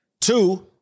Two